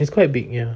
it's quite big ya